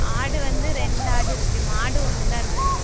ஆடு வந்து ரெண்டு ஆடு இருக்குது மாடு ஒன்றுதான் இருக்குது